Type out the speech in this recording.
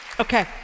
Okay